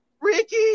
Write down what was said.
Ricky